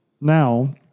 Now